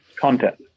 content